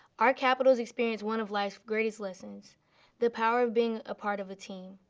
our capitals experience one of life's greatest lessons the power of being a part of a team.